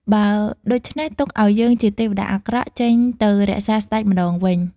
បើដូច្នេះទុកអោយយើងជាទេវតាអាក្រក់ចេញទៅរក្សាស្តេចម្តងវិញ។